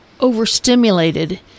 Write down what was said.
overstimulated